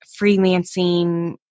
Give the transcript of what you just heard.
freelancing